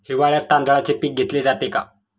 हिवाळ्यात तांदळाचे पीक घेतले जाते का?